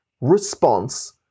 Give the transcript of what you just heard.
response